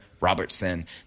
Robertson